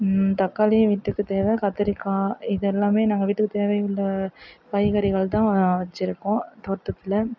தக்காளியும் வீட்டுக்குத் தேவை கத்திரிக்காய் இது எல்லாமே நாங்கள் வீட்டுக்குத் தேவையுள்ள காய்கறிகள் தான் நான் வச்சிருக்கோம் தோட்டத்தில்